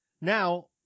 Now